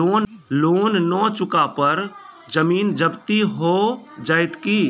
Loan न चुका पर जमीन जब्ती हो जैत की?